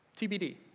TBD